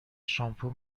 شامپو